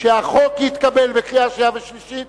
שהחוק יתקבל בקריאה שנייה ובקריאה שלישית,